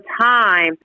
time